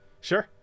Sure